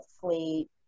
sleep